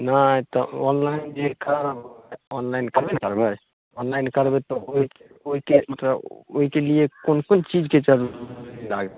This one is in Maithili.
नहि तऽ ऑनलाइन जे करब ऑनलाइन करबे ने करबै ऑनलाइन करबै तऽ ओहिके मतलब ओहिकेलिए कोन कोन चीजके जरूरी लागत